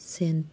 ꯁꯦꯟ